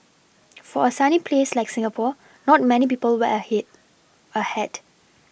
for a sunny place like Singapore not many people wear he wear hat